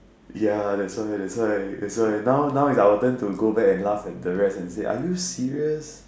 ya that's why that's why that's why now now is our turn to go back and laugh at the rest and say are you serious